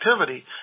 activity